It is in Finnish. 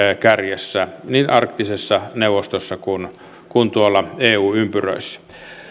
kärjessä niin arktisessa neuvostossa kuin tuolla eu ympyröissä